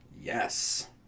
Yes